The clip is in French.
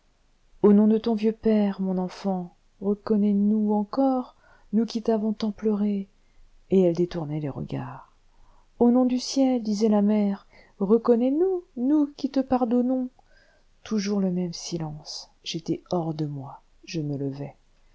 au nom de ton vieux père mon enfant reconnais nous encore nous qui t'avons tant pleurée et elle détournait les regards au nom du ciel disait la mère reconnais nous nous qui te pardonnons toujours le même silence j'étais hors de moi je me levai